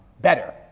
better